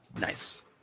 Nice